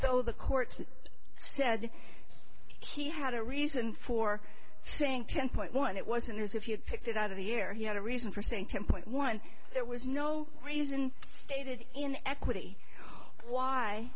though the court said he had a reason for saying ten point one it wasn't as if you picked it out of the year he had a reason for saying ten point one there was no reason stated in equity why